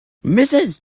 mrs